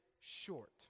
short